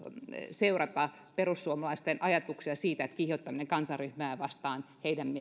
seurata perussuomalaisten ajatuksia siitä että kiihottaminen kansanryhmää vastaan